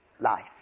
life